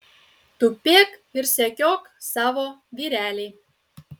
tupėk ir sekiok savo vyrelį